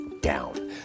down